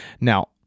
Now